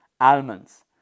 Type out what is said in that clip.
almonds